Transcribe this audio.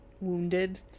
wounded